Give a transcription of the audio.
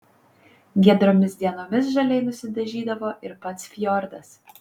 giedromis dienomis žaliai nusidažydavo ir pats fjordas